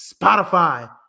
Spotify